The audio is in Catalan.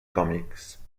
còmics